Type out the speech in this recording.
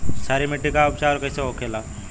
क्षारीय मिट्टी का उपचार कैसे होखे ला?